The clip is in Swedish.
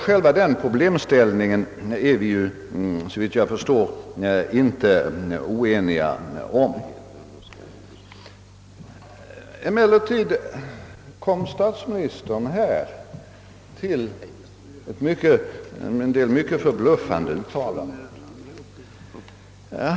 Själva problemställningen är vi, såvitt jag förstår, inte oeniga om. Emellertid kom statsministern här med en del mycket förbluffande uttalanden.